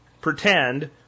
pretend